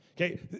Okay